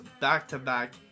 back-to-back